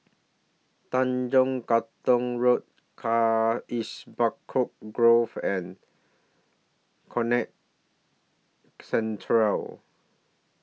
Tanjong Katong Road Carisbrooke Grove and Conrad Central